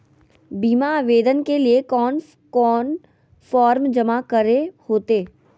बीमा आवेदन के लिए कोन कोन फॉर्म जमा करें होते